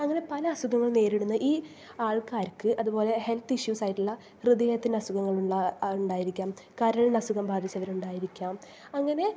അങ്ങനെ പല അസുഖങ്ങളും നേരിടുന്ന ഈ ആൾക്കാർക്ക് അതുപോലെ ഹെൽത്ത് ഇഷ്യൂസ് ആയിട്ടുള്ള ഹൃദയത്തിന് അസുഖങ്ങളുള്ള ആൾ ഉണ്ടായിരിക്കാം കരളിന് അസുഖം ബാധിച്ചവരുണ്ടായിരിക്കാം അങ്ങനെ